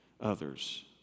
others